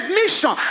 mission